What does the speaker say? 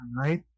right